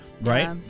Right